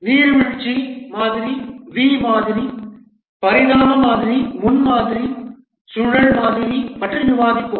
நீர்வீழ்ச்சி வி மாதிரி பரிணாம வளர்ச்சி முன்மாதிரி சுழல் மாதிரி பற்றி விவாதிப்போம்